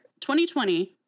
2020